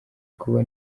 kuba